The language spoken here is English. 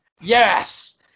Yes